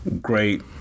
great